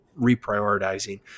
reprioritizing